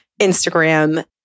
Instagram